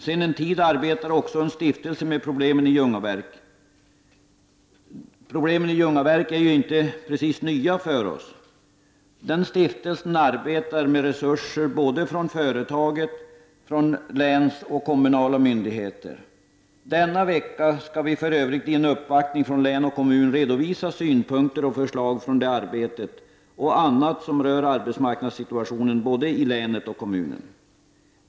Sedan en tid tillbaka arbetar också en stiftelse med problemen i Ljungaverk. Problemen i Ljungaverk är inte precis nya för oss. Stiftelsen arbetar med resurser från företag och från myndigheter på länsnivå och kommunal nivå. Denna vecka skall vi för övrigt i en uppvaktning från län och kommun redovisa synpunkter och förslag från det arbetet och annat som rör arbets marknadssituationen både i länet och i kommunen.